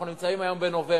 אנחנו נמצאים היום בנובמבר,